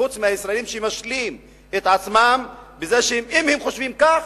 חוץ מהישראלים שמשלים את עצמם בזה שאם הם חושבים כך,